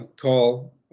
call